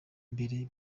mbere